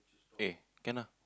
eh can lah